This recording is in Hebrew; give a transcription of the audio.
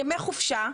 ימי חופשה,